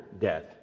death